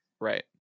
right